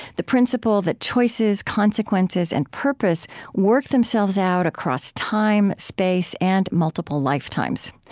the principle that choices, consequences, and purpose work themselves out across time, space, and multiple lifetimes.